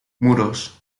muros